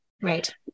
right